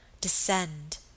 Descend